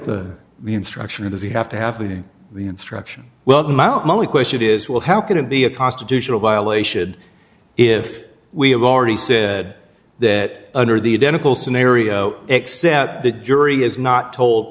the the instruction or does he have to have leading the instruction well i'm out my only question is will how can it be a constitutional violation if we have already said that under the identical scenario except the jury is not told